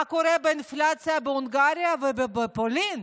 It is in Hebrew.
מה קורה באינפלציה בהונגריה ובפולין?